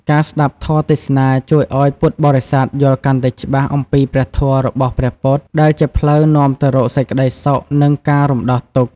ការស្ដាប់ធម៌ទេសនាជួយឱ្យពុទ្ធបរិស័ទយល់កាន់តែច្បាស់អំពីព្រះធម៌របស់ព្រះពុទ្ធ ដែលជាផ្លូវនាំទៅរកសេចក្តីសុខ និងការរំដោះទុក្ខ។